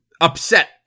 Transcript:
upset